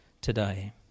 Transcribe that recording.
today